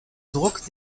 druck